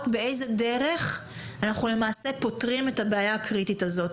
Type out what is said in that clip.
באיזה דרך אנחנו למעשה פותרים את הבעיה הקריטית הזאת.